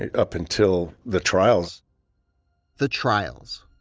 ah up until the trials the trials.